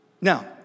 Now